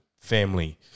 family